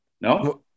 No